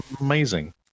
Amazing